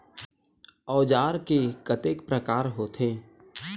औजार के कतेक प्रकार होथे?